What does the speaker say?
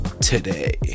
Today